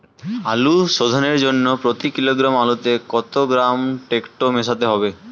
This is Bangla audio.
আলু শোধনের জন্য প্রতি কিলোগ্রাম আলুতে কত গ্রাম টেকটো মেশাতে হবে?